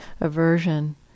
aversion